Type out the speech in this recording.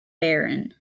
barren